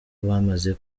bamaze